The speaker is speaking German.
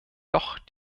doch